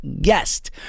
guest